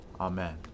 Amen